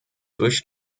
bush